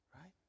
Right